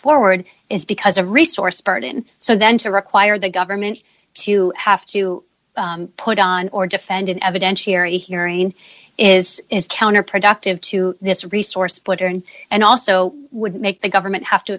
forward is because a resource burden so then to require the government to have to put on or defended evidentiary hearing is is counterproductive to this resource footer and and also would make the government have to